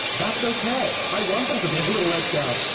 that's okay. i want them to be a little let down!